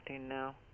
now